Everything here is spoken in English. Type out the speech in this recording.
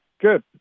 good